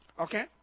Okay